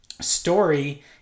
story